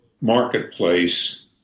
marketplace